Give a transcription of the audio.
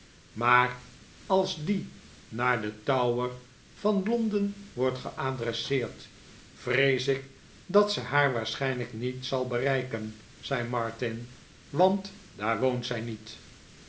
maar als die naar den tower van londen wordt geadresseerd vrees ik dat ze haar waarschijnlijk niet zal bereiken zei martin want daar woont zij niet